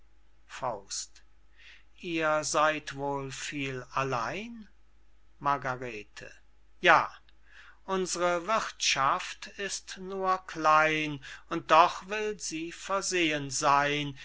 haben ihr seyd wohl viel allein margarete ja unsre wirthschaft ist nur klein und doch will sie versehen seyn